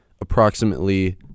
approximately